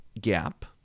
gap